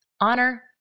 honor